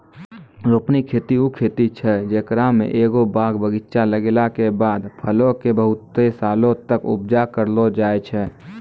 रोपनी खेती उ खेती छै जेकरा मे एगो बाग बगीचा लगैला के बाद फलो के बहुते सालो तक उपजा करलो जाय छै